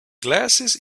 glasses